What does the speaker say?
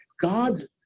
God's